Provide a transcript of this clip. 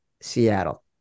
Seattle